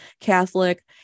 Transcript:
Catholic